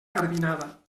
garbinada